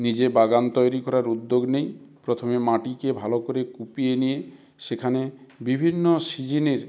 নিজে বাগান তৈরি করার উদ্যোগ নিই প্রথমে মাটিকে ভালো করে কুপিয়ে নিয়ে সেখানে বিভিন্ন সিজনের